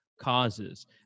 causes